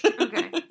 Okay